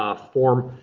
ah form.